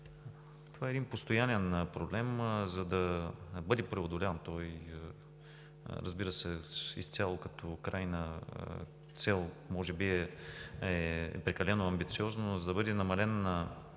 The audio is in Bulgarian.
това е постоянен проблем. За да бъде преодолян, разбира се, изцяло като крайна цел може би е прекалено амбициозно, но за да бъдат намалени